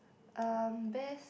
um best